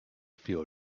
fuel